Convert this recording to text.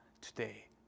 today